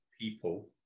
people